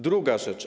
Druga rzecz.